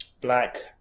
Black